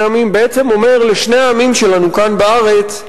עמים בעצם אומר לשני העמים שלנו כאן בארץ: